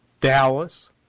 Dallas